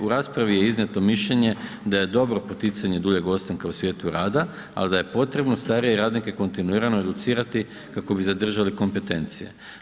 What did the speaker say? U raspravi je iznijeto mišljenje da je dobro poticanje duljeg ostanka u svijetu rada, ali da je potrebno starije radnike kontinuirano educirati kako bi zadržali kompetencije.